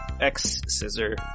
X-scissor